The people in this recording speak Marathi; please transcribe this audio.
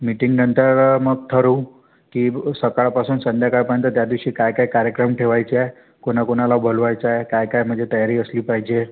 मिटिंगनंतर मग ठरवू की ब सकाळपासून संध्याकाळपर्यंत त्यादिवशी काय काय कार्यक्रम ठेवायचे आहे कोणा कोणाला बोलवायचं आहे काय काय म्हणजे तयारी असली पाहीजे